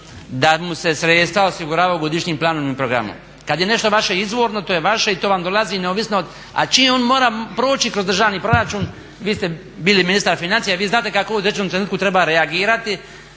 da mu se sredstva osiguravaju godišnjim planom i programom. Kada je nešto vaše izvorno to je vaše i to vam dolazi neovisno, a čim on mora proći kroz državni proračun, vi ste bili ministar financija vi znate kako u određenom trenutku treba reagirati